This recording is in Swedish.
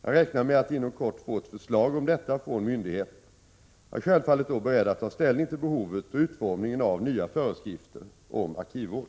Jag räknar med att inom kort få ett förslag om detta från myndigheterna. Jag är självfallet då beredd att ta ställning till behovet och utformningen av nya föreskrifter om arkivvård.